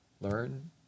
learn